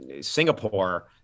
singapore